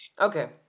Okay